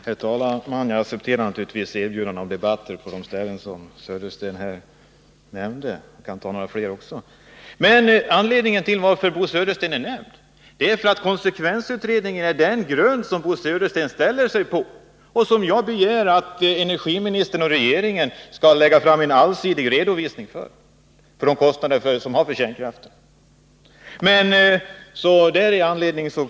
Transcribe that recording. Herr talman! Jag accepterar naturligtvis erbjudandet om debatter på de ställen som Bo Södersten nämnde. Vi kan debattera också på andra platser. Anledningen till att Bo Södersten är nämnd i samband med min interpellation är att konsekvensutredningen utgör den grund som Bo Södersten ställer sig på. Det är en grund som jag inte accepterar, och jag har därför begärt att energiministern och regeringen skall lägga fram en allsidig redovisning av de kostnader som sammanhänger med kärnkraften.